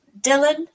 Dylan